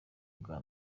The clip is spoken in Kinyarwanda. bwa